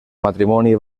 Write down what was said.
matrimoni